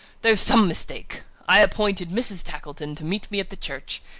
there's some mistake. i appointed mrs. tackleton to meet me at the church,